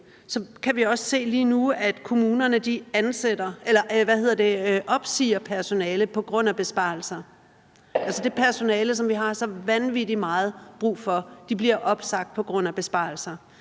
se lige nu, at kommunerne opsiger personale på grund af besparelser. Så det personale, som vi har så vanvittig meget brug for, bliver opsagt på grund af besparelser.